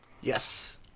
Yes